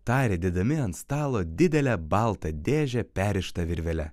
tarė dėdami ant stalo didelę baltą dėžę perrištą virvele